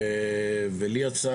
ולי,